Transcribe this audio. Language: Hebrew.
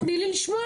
תני לי לשמוע.